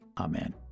Amen